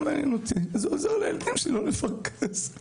זה עוזר לילדים שלי לא לפרכס.